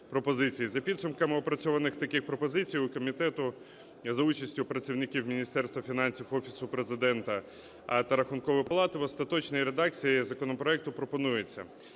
За підсумками опрацьованих таких пропозицій у комітету за участю працівників Міністерства фінансів, Офісу Президента та Рахункової палати в остаточній редакції законопроекту пропонується.